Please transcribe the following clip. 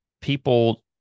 people